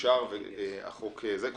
הצבעה בעד הסעיפים, פה אחד הסעיפים אושרו.